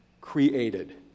created